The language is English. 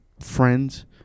friends